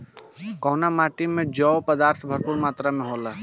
कउना माटी मे जैव पदार्थ भरपूर मात्रा में होला?